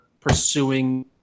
pursuing